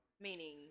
meaning